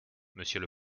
monsieur